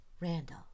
Randall